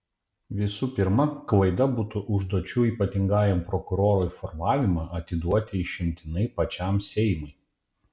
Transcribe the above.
visų pirma klaida būtų užduočių ypatingajam prokurorui formavimą atiduoti išimtinai pačiam seimui